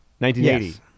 1980